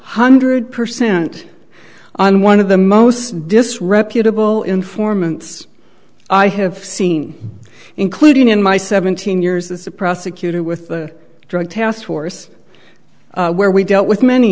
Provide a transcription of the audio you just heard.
hundred percent on one of the most disreputable informants i have seen including in my seventeen years as a prosecutor with the drug task force where we dealt with many